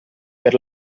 per